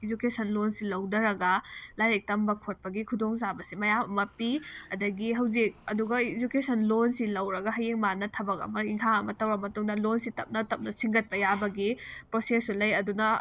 education ꯂꯣꯟꯁꯤ ꯂꯧꯊꯔꯒ ꯂꯥꯏꯔꯤꯛ ꯇꯝꯕ ꯈꯣꯠꯄꯒꯤ ꯈꯨꯗꯣꯡ ꯆꯥꯕꯁꯦ ꯃꯌꯥꯝ ꯑꯃ ꯄꯤ ꯑꯗꯒꯤ ꯍꯧꯖꯤꯛ ꯑꯗꯨꯒ ꯏꯖꯨꯀꯦꯁꯟ ꯂꯣꯟꯁꯤ ꯂꯧꯔꯒ ꯍꯌꯦꯡ ꯃꯥꯅ ꯊꯕꯛ ꯑꯃ ꯏꯟꯈꯥꯡ ꯑꯃ ꯇꯧꯔ ꯃꯇꯨꯡꯗ ꯂꯣꯟꯁꯤ ꯇꯞꯅ ꯇꯞꯅ ꯁꯤꯡꯒꯠꯄ ꯌꯥꯕꯒꯤ ꯄ꯭ꯔꯣꯁꯦꯁꯁꯨ ꯂꯩ ꯑꯗꯨꯅ